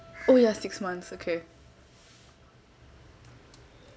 oh ya six months okay